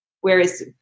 whereas